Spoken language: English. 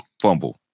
fumble